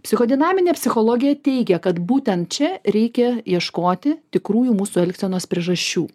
psicho dinaminė psichologija teigia kad būtent čia reikia ieškoti tikrųjų mūsų elgsenos priežasčių